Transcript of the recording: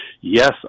yes